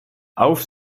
auf